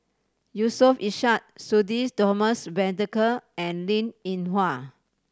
Yusof Ishak Sudhir Thomas Vadaketh and Linn In Hua